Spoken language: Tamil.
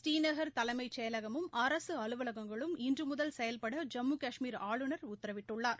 பூநீநகள் தலைமைச் செயலகமும் அரசு அலுவலகங்களும் இன்று முதல் செயல்பட ஜம்மு கஷ்மீர் ஆளுநர் உத்தரவிட்டுள்ளார்